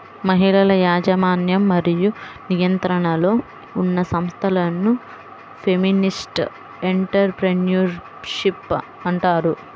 మహిళల యాజమాన్యం మరియు నియంత్రణలో ఉన్న సంస్థలను ఫెమినిస్ట్ ఎంటర్ ప్రెన్యూర్షిప్ అంటారు